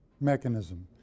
mechanism